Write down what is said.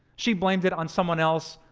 she blamed it on someone else,